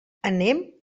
anem